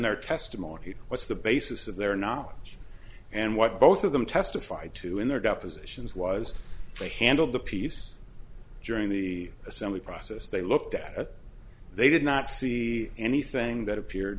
their testimony what's the basis of their knowledge and what both of them testified to in their depositions was they handled the piece during the assembly process they looked at it they did not see anything that appeared